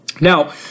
Now